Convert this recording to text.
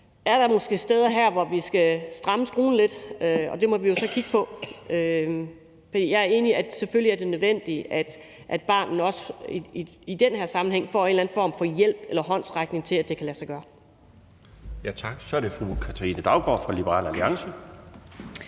er der måske steder her, hvor vi skal stramme skruen lidt? Det må vi jo så kigge på. For jeg er enig i, at det selvfølgelig er nødvendigt, at barnet også i den her sammenhæng får en eller anden form for hjælp eller håndsrækning til, at det kan lade sig gøre. Kl. 12:31 Den fg. formand (Bjarne Laustsen): Tak.